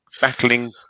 Battling